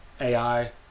AI